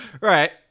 Right